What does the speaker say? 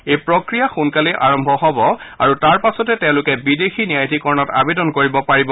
এই প্ৰক্ৰিয়া সোনকালেই আৰম্ভ হব আৰু তাৰ পাছতে তেওঁলোকে বিদেশী ন্যায়াধিকৰণত আবেদন কৰিব পাৰিব